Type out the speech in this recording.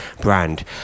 brand